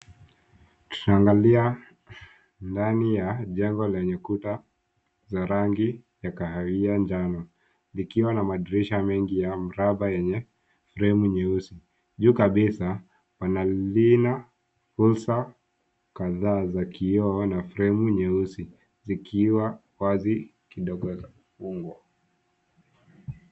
Ukiangalia ndani ya jengo lenye kuta za rangi ya kahawia njano, likiwa na madirisha mengi ya mraba yenye fremu nyeusi. Juu kabisa, pana lina fursa kadhaa za kioo na fremu nyeusi zikiwa wazi kidogo za kufungwa.